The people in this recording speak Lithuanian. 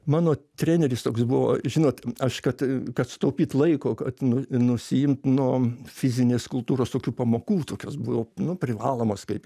mano treneris toks buvo žinot aš kad kad sutaupyt laiko kad nu nusiimt nuo fizinės kultūros tokių pamokų tokios būdavo nu privalomos kaip